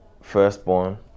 Firstborn